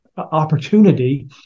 opportunity